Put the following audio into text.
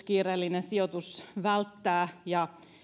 kiireellinen sijoitus välttää ja